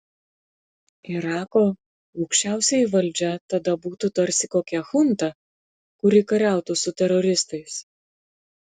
irako aukščiausioji valdžia tada būtų tarsi kokia chunta kuri kariautų su teroristais